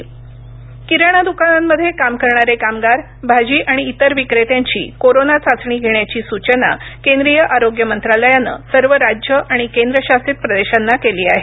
आरोग्य मंत्रालय कोरोना किराणा दुकानांमध्ये काम करणारे कामगार भाजी आणि इतर विक्रेत्यांची कोरोना चाचणी घेण्याची सूचना केंद्रीय आरोग्य मंत्रालयानं सर्व राज्य आणि केंद्रशासित प्रदेशांना केली आहे